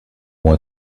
what